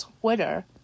Twitter